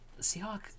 Seahawk